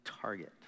target